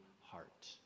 heart